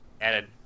added